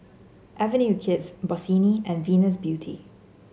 Avenue Kids Bossini and Venus Beauty